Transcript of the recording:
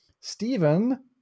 Stephen